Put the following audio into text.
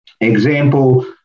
example